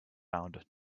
found